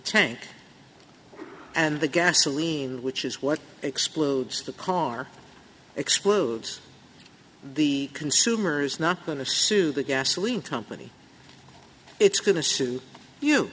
tank and the gasoline which is what explodes the car explodes the consumer's not going to sue the gasoline company it's going to sue you